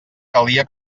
calia